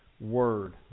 Word